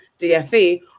DfE